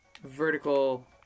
vertical